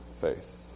faith